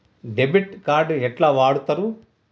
Debit card ఎట్లా వాడుతరు?